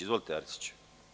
Izvolite Arsiću.